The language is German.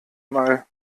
mal